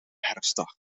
herfstdag